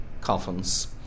coffins